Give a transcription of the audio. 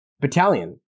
battalion